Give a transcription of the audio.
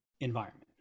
environment